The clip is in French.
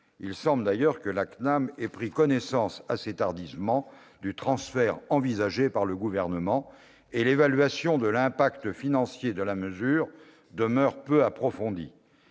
Il semble d'ailleurs que la CNAMTS ait pris connaissance assez tardivement du transfert envisagé par le Gouvernement ; l'évaluation de l'impact financier de la mesure demeure peu approfondie.